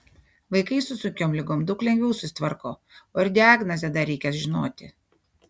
vaikai su sunkiom ligom daug lengviau susitvarko o ir diagnozę dar reikia žinoti